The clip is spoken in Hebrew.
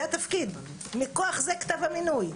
זה התפקיד, מכוח זה כתב המינוי.